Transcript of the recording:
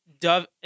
dove